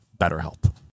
BetterHelp